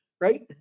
right